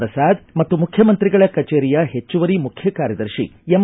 ಪ್ರಸಾದ್ ಮತ್ತು ಮುಖ್ಯಮಂತ್ರಿಗಳ ಕಚೇರಿಯ ಹೆಚ್ಚುವರಿ ಮುಖ್ಯ ಕಾರ್ಯದರ್ಶಿ ಎಂ